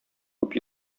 күп